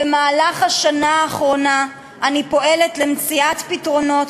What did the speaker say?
במהלך השנה האחרונה אני פועלת למציאת פתרונות,